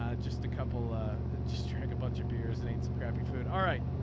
ah just a couple just check a bunch of beers and eat some crappy food. all right.